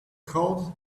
called